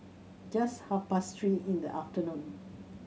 just half past three in the afternoon